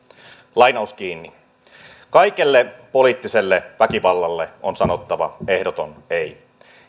kaikelle poliittiselle väkivallalle on sanottava ehdoton ei